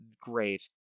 great